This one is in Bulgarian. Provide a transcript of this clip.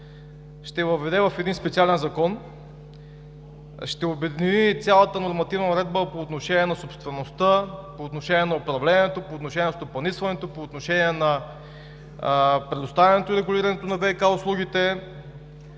ще я въведе в един специален закон, ще обедини цялата нормативна уредба по отношение на собствеността, по отношение на управлението, по отношение на стопанисването, по отношение на предоставянето и регулирането на ВиК услугите,